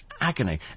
agony